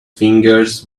fingers